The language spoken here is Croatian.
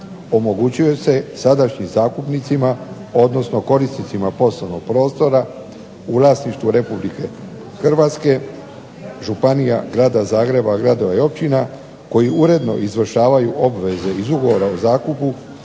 Omogućuje se sadašnjim zakupnicima odnosno korisnicima poslovnog prostora u vlasništvu Republike Hrvatske, županija, Grada Zagreba, gradova i općina koji uredno izvršavaju obveze iz ugovora o zakupu